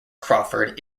crawford